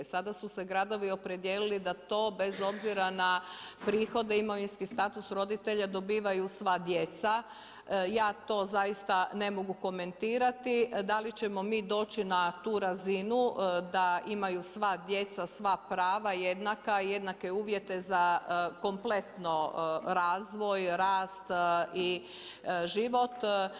Sada su se gradovi opredijelili da to bez obzira na prihode i imovinski status roditelja dobivaju sva djeca, ja to zaista ne mogu komentirati, da li ćemo mi doći na tu razinu, da imaju sva djeca sva prava jednaka, jednake uvjete za kompletno razvoj, rast i život.